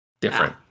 Different